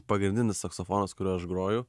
pagrindinis saksofonas kuriuo aš groju